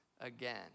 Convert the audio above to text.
again